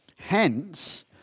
Hence